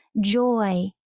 joy